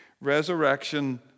Resurrection